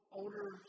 older